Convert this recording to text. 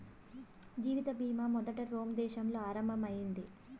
జీవిత బీమా మొదట రోమ్ దేశంలో ఆరంభం అయింది